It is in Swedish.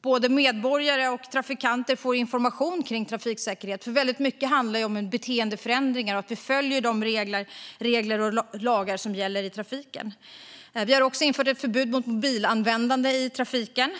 både medborgare och trafikanter får information kring trafiksäkerhet. Väldigt mycket handlar nämligen om beteendeförändringar och att vi följer de regler och lagar som gäller i trafiken. Vi har också infört ett förbud mot mobilanvändande i trafiken.